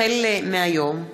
החל מהיום,